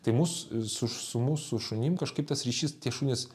tai mus suš su mūsų šunim kažkaip tas ryšys tie šunys